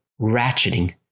ratcheting